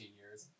years